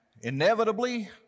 inevitably